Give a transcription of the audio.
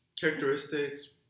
Characteristics